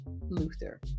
Luther